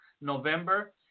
November